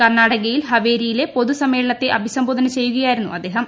കർണാടകയിൽ ഹവേരിയിലെ പൊതു സമ്മേളനത്തിനെ അഭിസംബോധന ചെയ്യുകയായിരുന്നു അദ്ദേഹം